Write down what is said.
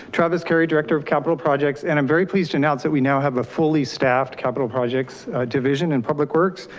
travis kerry, director of capital projects and i'm very pleased to announce that we now have a fully staffed capital projects division in public works.